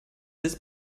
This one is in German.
des